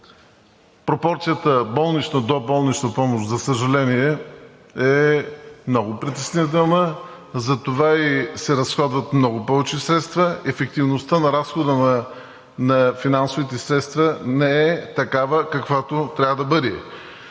пропорцията болнична – доболнична помощ, за съжаление, е много притеснителна, затова и се разходват много повече средства, ефективността на разхода на финансовите средства не е такава, каквато трябва да бъде.